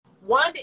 one